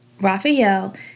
Raphael